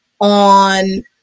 on